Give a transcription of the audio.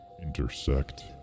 intersect